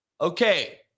okay